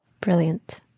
Brilliant